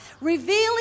revealing